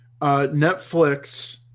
netflix